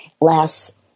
last